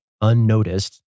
unnoticed